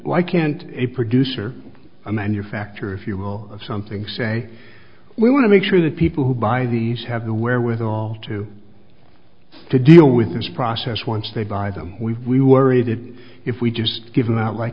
lie can't a producer a manufacturer if you will of something say we want to make sure the people who buy these have the wherewithal to to deal with this process once they buy them we worry that if we just give them out like